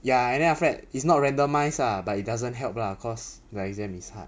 ya and then after that it's not randomized ah but it doesn't help lah cause the exam is hard